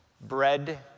bread